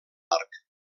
arc